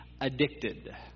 addicted